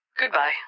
Goodbye